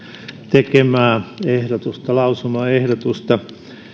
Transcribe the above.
tekemää lausumaehdotusta